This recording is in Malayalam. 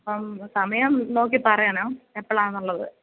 അപ്പം സമയം നോക്കി പറയണം എപ്പളാണ് എന്നുള്ളത്